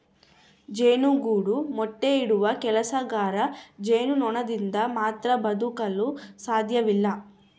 ಜೇನುಗೂಡು ಮೊಟ್ಟೆ ಇಡುವ ಕೆಲಸಗಾರ ಜೇನುನೊಣದಿಂದ ಮಾತ್ರ ಬದುಕಲು ಸಾಧ್ಯವಿಲ್ಲ